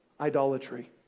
idolatry